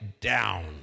down